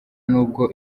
nubwo